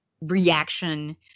reaction